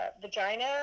vagina